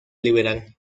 liberal